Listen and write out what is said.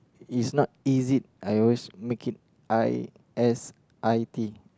is not is it I always make it I s_i_t